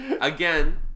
Again